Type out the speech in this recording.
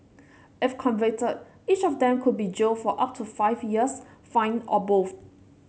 if convicted each of them could be jailed for up to five years fined or both